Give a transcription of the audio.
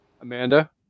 amanda